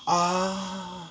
ah